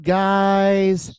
guys